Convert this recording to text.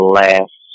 last